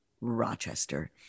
Rochester